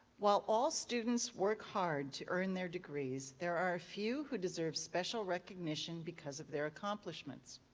while all students work hard to earn their degrees, there are a few who deserve special recognition because of their accomplishments.